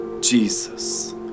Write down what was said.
Jesus